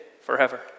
forever